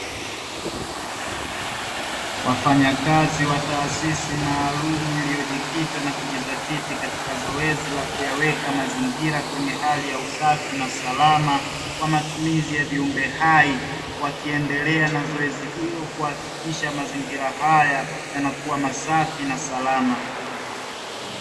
Wafanyakazi wa taasisi maalumu iliyojikita na kujizatiti katika zoezi ya kuyaweka mazingira kwenye hali ya usafi na salama kwa matumizi ya viumbe hai, wakiendelea na zoezi hilo kuhakikisha mazingira haya yanakuwa masafi na salama.